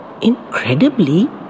Incredibly